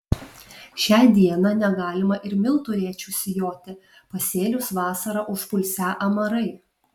šią dieną negalima ir miltų rėčiu sijoti pasėlius vasarą užpulsią amarai